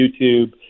YouTube